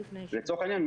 לצורך העניין,